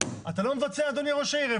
אתה לא מבצע אדוני ראש העיר?